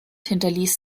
hinterließ